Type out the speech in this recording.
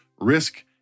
Risk